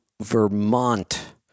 Vermont